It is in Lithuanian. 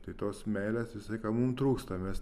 tai tos meilės visą laiką mum trūksta mes